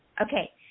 Okay